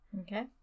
Okay